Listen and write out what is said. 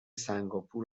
سنگاپور